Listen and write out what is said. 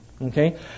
Okay